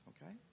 Okay